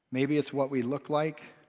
maybe it's what we look like,